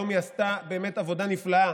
היום היא עשתה באמת עבודה נפלאה